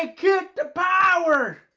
ah the power!